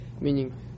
meaning